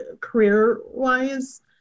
career-wise